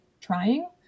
trying